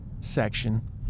section